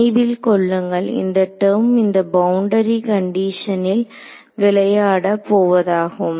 நினைவில் கொள்ளுங்கள் இந்த டெர்ம் இந்த பவுண்டரி கண்டிஷனில் விளையாட போவதாகும்